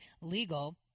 legal